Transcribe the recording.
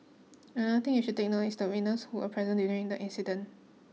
another thing you should take note is the witness who were present during the incident